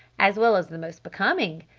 as well as the most becoming!